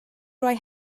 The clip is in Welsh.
roi